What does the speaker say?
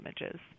images